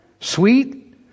Sweet